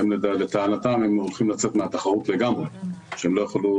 שלטענתם הם הולכים לצאת מהתחרות לגמרי כי הם לא יוכלו